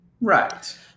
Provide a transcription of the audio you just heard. Right